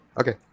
Okay